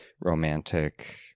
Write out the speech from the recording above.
romantic